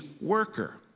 worker